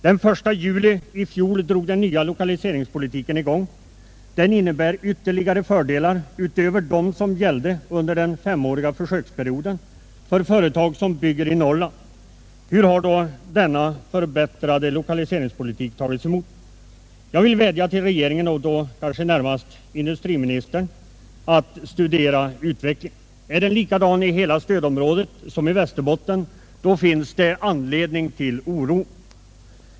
Den 1 juli i fjol drogs den nya lokaliseringspolitiken i gång. Den innebär ytterligare fördelar utöver dem som gällde under den femåriga försöksperioden för företag som bygger i Norrland. Hur har då denna förbättrade lokaliseringspolitik tagits emot? Jag vill vädja till regeringen och kanske närmast till industriministern att studera utvecklingen. Är den likadan i hela stödområdet som i Västerbotten, då finns det anledning till oro.